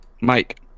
Mike